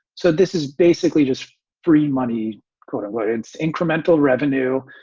so this is basically just free money where it's incremental revenue.